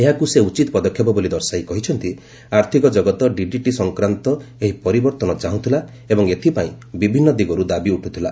ଏହାକୁ ସେ ଉଚିତ ପଦକ୍ଷେପ ବୋଲି ଦର୍ଶାଇ କହିଛନ୍ତି ଆର୍ଥକ ଜଗତ ଡିଡିଟି ସଂକ୍ରାନ୍ତ ଏହି ପରିବର୍ତ୍ତନ ଚାହୁଥିଲା ଏବଂ ଏଥିପାଇଁ ବିଭିନ୍ନ ଦିଗରୁ ଦାବି ଉଠୁଥିଲା